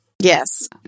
Yes